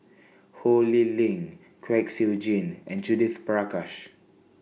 Ho Lee Ling Kwek Siew Jin and Judith Prakash